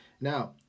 now